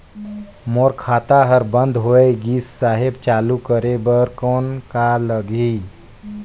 मोर खाता हर बंद होय गिस साहेब चालू करे बार कौन का लगही?